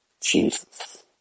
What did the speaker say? Jesus